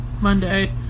Monday